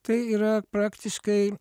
tai yra praktiškai